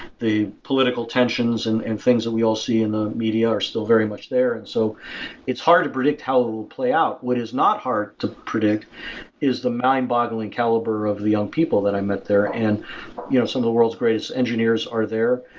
the political tensions and and things that we all see in the media are still very much there. and so it's hard to predict how it and will play out. what is not hard to predict is the mind-boggling caliber of the young people that i met there and you know some of the world's greatest engineers are there.